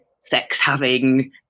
sex-having